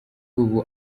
ubu